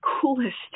coolest